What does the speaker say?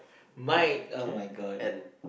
uh okay N